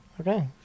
Okay